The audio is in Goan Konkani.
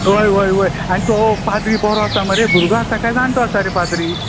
व्हय व्हय व्हय आनी तो पाद्री बरो आसा मुरे भुरगो आसा कांय जाणटो आसा पाद्री